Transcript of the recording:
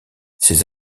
ces